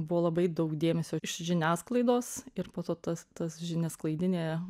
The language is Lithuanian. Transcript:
buvo labai daug dėmesio iš žiniasklaidos ir po to tas tas žiniasklaidinė